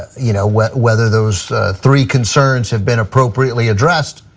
you know, whether whether those three concerns have been appropriately addressed,